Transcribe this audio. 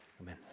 Amen